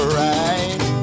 right